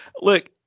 look